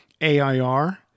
AIR